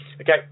okay